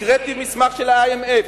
הקראתי מסמך של ה-IMF.